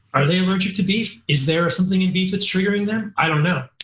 are they allergic to beef? is there something in beef that's triggering them? i don't know.